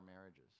marriages